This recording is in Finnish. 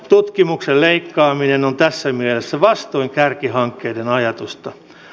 tutkimuksen leikkaaminen on tässä mielessä vastoin kärkihankkeiden ajatusta